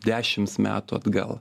dešims metų atgal